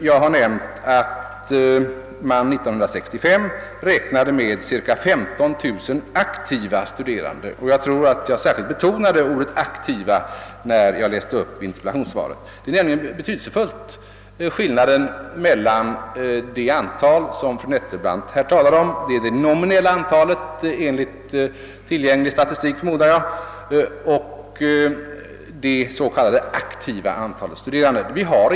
Jag har nämnt att man 1965 räknade med cirka 15 000 aktiva studerande — och jag tror att jag särskilt betonade ordet aktiva när jag läste upp interpellationssvaret. Skillnaden mellan det antal som fru Nettelbrandt här talade om — det är det nominella antalet en ligt tillgängliga siffror, förmodar jag — och det s.k. aktiva antalet studerande är nämligen betydelsefull.